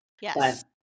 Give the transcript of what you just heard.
Yes